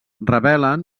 revelen